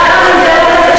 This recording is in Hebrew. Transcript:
יחד עם זה,